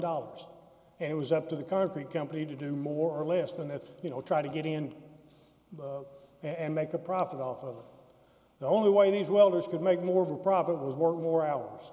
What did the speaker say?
dollars and it was up to the concrete company to do more or less than that you know try to get in and make a profit off of the only way these welders could make more profit was work more hours